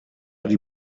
die